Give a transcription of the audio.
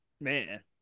man